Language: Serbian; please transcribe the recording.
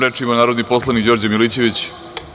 Reč ima narodni poslanik Đorđe Milićević.